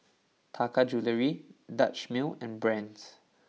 Taka Jewelry Dutch Mill and Brand's